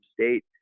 state